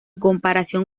comparación